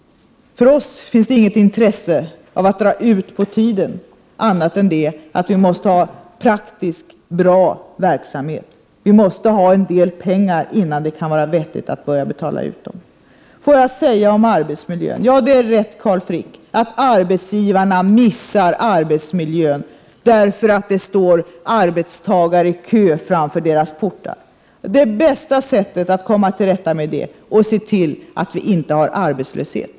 Vi har inget intresse av att dra ut på tiden. Vi måste dock ha en praktisk bra verksamhet, och vi måste ha en del pengar, innan det är vettigt att börja betala ut dem. När det gäller arbetsmiljön, Carl Frick, är det riktigt att arbetsgivarna missar arbetsmiljön, eftersom det står arbetstagare i kö framför deras portar. Det bästa sättet att komma till rätta med detta är att se till att vi inte har arbetslöshet.